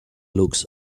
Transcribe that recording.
looks